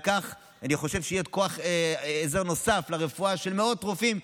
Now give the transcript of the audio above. בכך אני חושב שיהיה כוח עזר נוסף לרפואה של מאות רופאים,